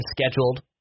scheduled